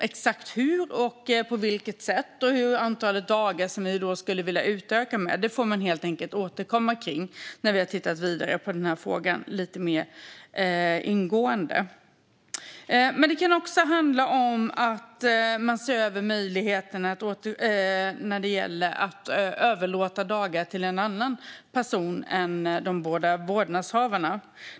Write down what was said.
Exakt hur, på vilket sätt och antalet dagar som vi skulle vilja utöka med får vi helt enkelt återkomma om när vi har tittat vidare på frågan lite mer ingående. Det kan också handla om att man ser över möjligheten att överlåta dagar till en annan person än de båda vårdnadshavarna.